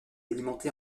alimenté